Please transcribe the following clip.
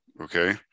Okay